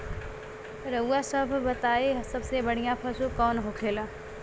रउआ सभ बताई सबसे बढ़ियां पशु कवन होखेला?